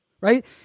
right